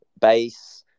bass